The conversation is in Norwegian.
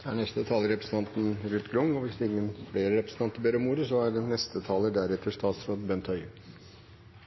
Det er tverrpolitisk enighet om bedre regulering av både rettigheter og bruk av tvang i institusjoner for rusbehandling, og at det